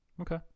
okay